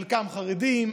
חלקם חרדים,